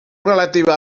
relativa